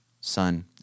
Son